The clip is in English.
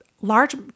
large